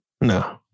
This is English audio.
No